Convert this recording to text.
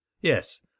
yes